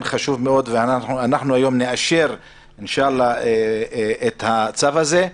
והיום אנחנו נאשר, אינשאללה, את הצו הזה.